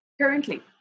currently